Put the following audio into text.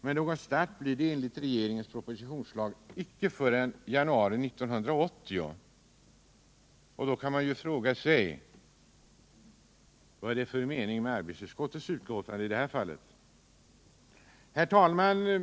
Men någon start blir det enligt re = m.m. geringens propositionsförslag inte förrän i januari 1980! Då kan man ju fråga sig: Vad är det för mening med arbetsmarknadsutskottets betänkande i det här fallet? Herr talman!